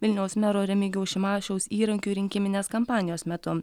vilniaus mero remigijaus šimašiaus įrankiu rinkiminės kampanijos metu